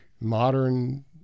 modern